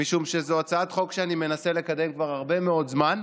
משום שזו הצעת חוק שאני מנסה לקדם כבר הרבה מאוד זמן.